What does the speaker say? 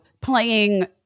playing